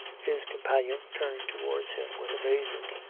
his companion turned towards him with amazement,